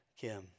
Kim